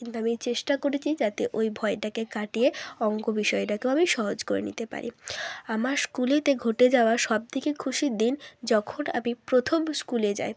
কিন্তু আমি চেষ্টা করেচি যাতে ওই ভয়টাকে কাটিয়ে অঙ্ক বিষয়টাকেও আমি সহজ করে নিতে পারি আমার স্কুলেতে ঘটে যাওয়া সব থেকে খুশির দিন যখন আমি প্রথম স্কুলে যায়